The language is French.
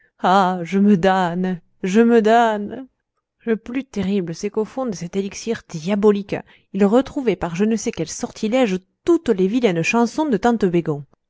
ah je me damne je me damne le plus terrible c'est qu'au fond de cet élixir diabolique il retrouvait par je ne sais quel sortilège toutes les vilaines chansons de tante bégon